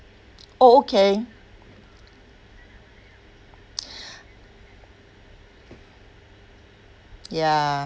oh okay ya